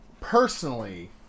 personally